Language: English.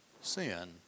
sin